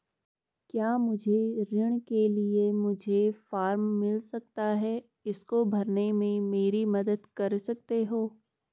क्या मुझे ऋण के लिए मुझे फार्म मिल सकता है इसको भरने में मेरी मदद कर सकते हो?